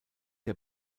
der